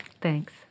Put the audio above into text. thanks